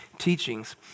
Teachings